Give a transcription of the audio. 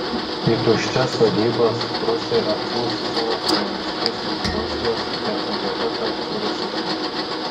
į tuščias sodybas rusai atsiųs savo kolonistus iš rusijos ir ta vieta taps rusiška